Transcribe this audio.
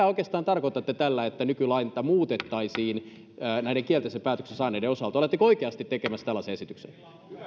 oikeastaan tarkoitatte tällä että nykylainsäädäntöä muutettaisiin näiden kielteisen päätöksen saaneiden osalta oletteko oikeasti tekemässä tällaisen esityksen